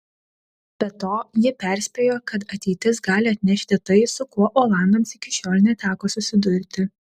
be to ji perspėjo kad ateitis gali atnešti tai su kuo olandams iki šiol neteko susidurti